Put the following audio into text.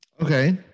Okay